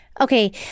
Okay